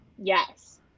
Yes